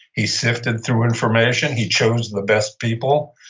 he sifted through information, he chose the best people.